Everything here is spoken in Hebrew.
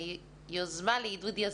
יוזמה לעידוד יזמות.